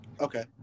okay